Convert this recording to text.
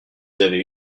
avez